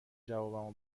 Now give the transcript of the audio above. جوابمو